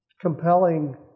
compelling